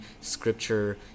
scripture